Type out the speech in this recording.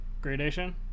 gradation